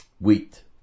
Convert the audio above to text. Wheat